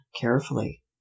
carefully